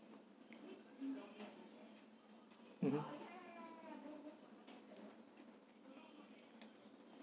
mmhmm